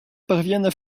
parviennent